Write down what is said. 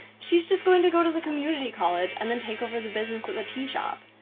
she's just going to go to the community college and then take over the business at the tea shop.